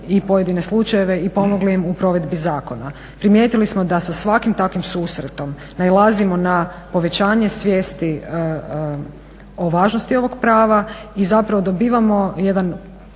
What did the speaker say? i pojedine slučajeve i pomogli im u provedbi zakona. Primijetili smo da sa svakim takvim susretom nailazimo na povećanje svijesti o važnosti ovog prava i dobivamo jedan